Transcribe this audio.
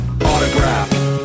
Autograph